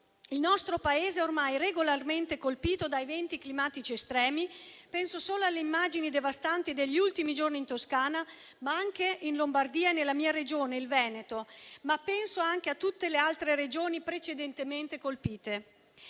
Il nostro Paese è ormai regolarmente colpito da eventi climatici estremi; penso solo alle immagini devastanti degli ultimi giorni in Toscana, ma anche in Lombardia e nella mia Regione, il Veneto. Penso però anche a tutte le altre Regioni precedentemente colpite.